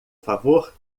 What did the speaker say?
favor